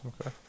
Okay